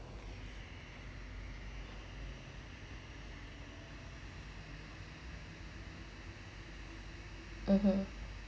(uh huh)